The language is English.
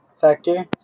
factor